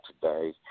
today